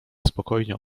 spokojnie